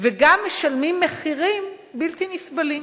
והם גם משלמים מחירים בלתי נסבלים.